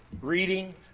reading